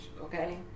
Okay